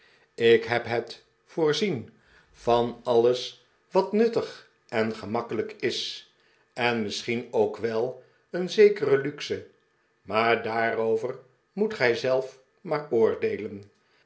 ik heb het voorzien van alles wat nuttig en gemakkelijk is en misschien ook wel van een zekere luxe maar daarover moet gij zelf maar oordeelen